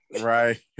right